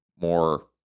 more